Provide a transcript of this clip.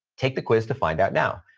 take the quiz to find out now.